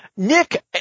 Nick